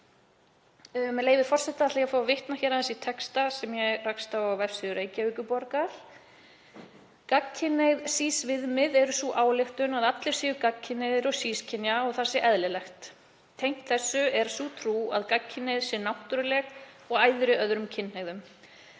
það. Með leyfi forseta, ætla ég að fá að vitna hér aðeins í texta sem ég rakst á á vefsíðu Reykjavíkurborgar: „Gagnkynhneigð sís-viðmið eru sú ályktun að allir séu gagnkynhneigðir og sískynja og að það sé eðlilegt. Tengt þessu er sú trú að gagnkynhneigð sé náttúruleg og æðri öðrum kynhneigðum.